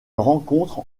rencontre